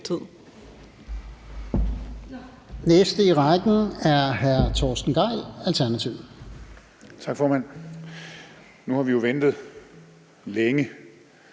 næste i rækken er hr. Torsten Gejl, Alternativet.